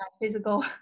physical